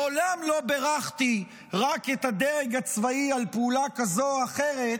מעולם לא בירכתי רק את הדרג הצבאי על פעולה כזו או אחרת,